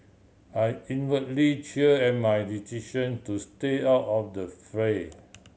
I inwardly cheer at my decision to stay out of the fray